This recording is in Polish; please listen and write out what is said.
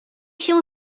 się